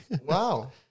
Wow